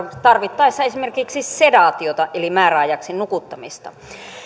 tarvittaessa esimerkiksi sedaatiota eli määräajaksi nukuttamista